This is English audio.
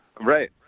Right